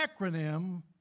acronym